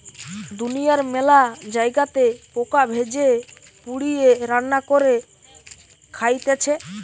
দুনিয়ার মেলা জায়গাতে পোকা ভেজে, পুড়িয়ে, রান্না করে খাইতেছে